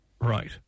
Right